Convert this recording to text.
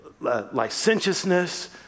licentiousness